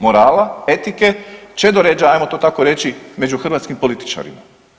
Morala, etike, čedoređa ajmo to tako reći među hrvatskim političarima.